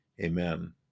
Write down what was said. Amen